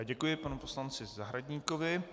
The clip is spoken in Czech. Děkuji panu poslanci Zahradníkovi.